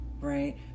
right